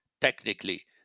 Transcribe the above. technically